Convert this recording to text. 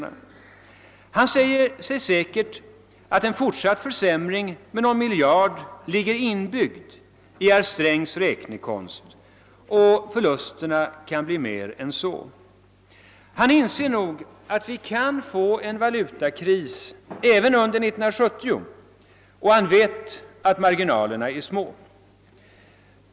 Herr Åsbrink säger sig säkerligen att en fortsatt försämring med någon miljard ligger inbyggd i herr Strängs räknekonst, och förlusterna kan bli ännu större. Han inser nog att vi kan få en valutakris även under 1970, och han vet att marginalerna är små.